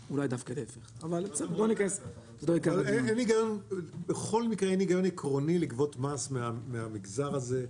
אין היגיון עקרוני לגבות מס מהמגזר הזה.